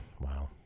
wow